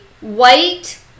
white